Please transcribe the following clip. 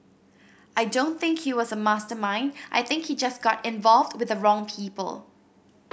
I don't think he was a mastermind I think he just got involved with the wrong people